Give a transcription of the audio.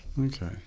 Okay